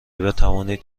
بتوانید